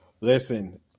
Listen